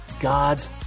God's